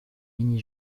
mini